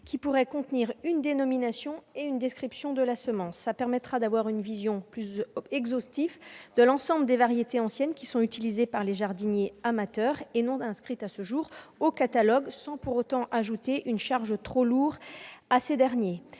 qui pourrait contenir une dénomination et une description de la semence. Cela permettra d'avoir une vision exhaustive des variétés anciennes utilisées par les jardiniers amateurs et non inscrites au catalogue, sans pour autant ajouter une charge trop lourde à ces derniers.